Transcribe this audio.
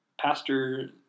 Pastor